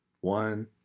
One